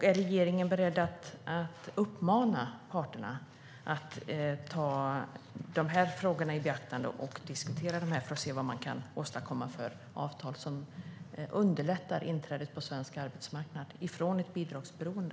Är regeringen beredd att uppmana parterna att ta frågorna i beaktande och diskutera dem för att se vad man kan åstadkomma för avtal som underlättar inträdet på svensk arbetsmarknad från ett bidragsberoende?